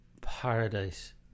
paradise